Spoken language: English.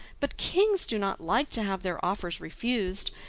but kings do not like to have their offers refused,